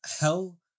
hell